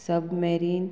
सब Merin